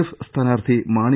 F സ്ഥാനാർത്ഥി മാണി